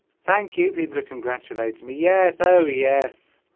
thank you people to congratulate me yes oh yes